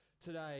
today